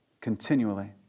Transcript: continually